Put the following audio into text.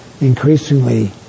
increasingly